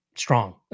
strong